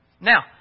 Now